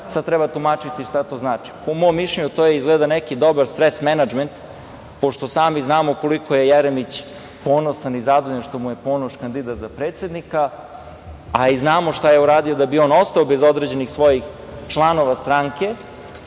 Sad treba tumačiti šta to znači. Po mom mišljenju to je izgleda neki dobar stres menadžment, pošto sami znamo koliko je Jeremić ponosan i zadovoljan što mu je Ponoš kandidat za predsednika, a i znamo šta je uradio da bi on ostao bez određenih svojih članova stranke.